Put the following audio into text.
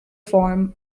form